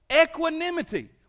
Equanimity